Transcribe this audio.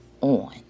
on